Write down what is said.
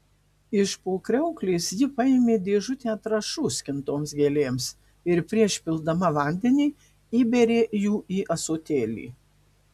iš po kriauklės ji paėmė dėžutę trąšų skintoms gėlėms ir prieš pildama vandenį įbėrė jų į ąsotėlį